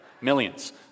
millions